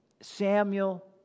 Samuel